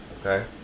Okay